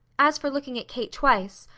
as for looking at kate twice,